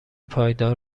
پایدار